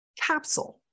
capsule